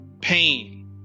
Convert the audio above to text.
pain